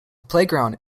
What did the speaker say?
playground